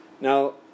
Now